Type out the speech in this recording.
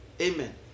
Amen